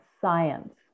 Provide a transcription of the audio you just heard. science